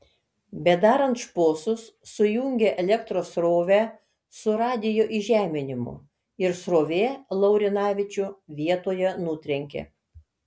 bedarant šposus sujungė elektros srovę su radijo įžeminimu ir srovė laurinavičių vietoje nutrenkė